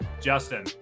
Justin